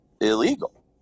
illegal